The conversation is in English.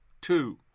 Two